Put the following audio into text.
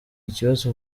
ikibazo